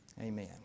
Amen